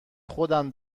خودم